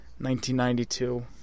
1992